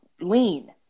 lean